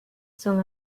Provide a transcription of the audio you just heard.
son